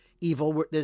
evil